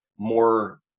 more